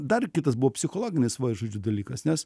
dar kitas buvo psichologinis va žodžiu dalykas nes